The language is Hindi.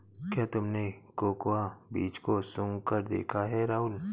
क्या तुमने कोकोआ बीज को सुंघकर देखा है राहुल?